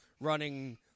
running